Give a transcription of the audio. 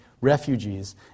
refugees